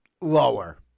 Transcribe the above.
lower